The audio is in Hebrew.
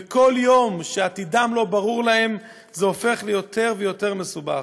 ובכל יום שעתידן לא ברור להן זה הופך ליותר ויותר מסובך.